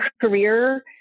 career